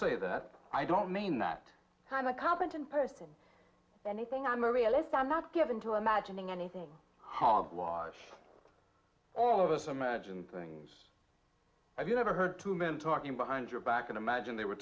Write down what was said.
say that i don't mean that i'm a competent person anything i'm a realist i'm not given to imagining anything hogwash all of us imagine things i've never heard two men talking behind your back and imagine they were